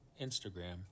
Instagram